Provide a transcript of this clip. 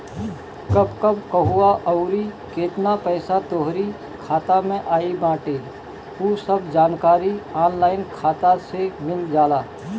कब कब कहवा अउरी केतना पईसा तोहरी खाता में आई बाटे उ सब के जानकारी ऑनलाइन खाता से मिल जाला